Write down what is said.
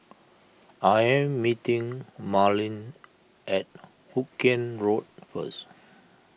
I am meeting Marlin at Hoot Kiam Road first